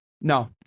no